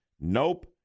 Nope